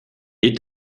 est